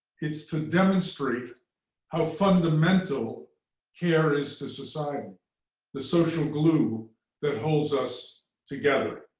it's to demonstrate how fundamental care is to society the social glue that holds us together.